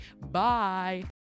Bye